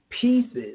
pieces